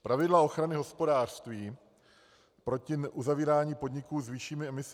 Pravidla ochrany hospodářství proti uzavírání podniků s vyššími emisemi